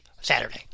Saturday